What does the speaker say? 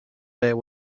there